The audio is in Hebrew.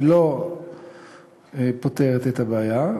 היא לא פותרת את הבעיה,